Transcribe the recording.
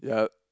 ya